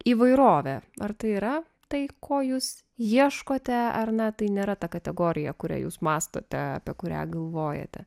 įvairovę ar tai yra tai ko jūs ieškote ar ne tai nėra ta kategorija kurią jūs mąstote apie kurią galvojate